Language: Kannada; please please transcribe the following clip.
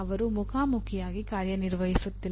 ಅವರು ಮುಖಾಮುಖಿಯಾಗಿ ಕಾರ್ಯನಿರ್ವಹಿಸುತ್ತಿಲ್ಲ